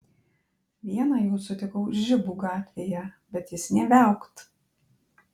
vieną jų sutikau žibų gatvėje bet jis nė viaukt